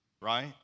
right